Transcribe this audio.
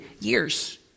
years